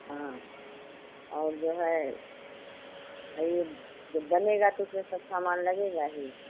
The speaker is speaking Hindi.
हाँ और जो है यह जब बनेगा तो इसमें सब सामान लगेगा ही